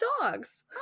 dogs